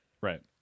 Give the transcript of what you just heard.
right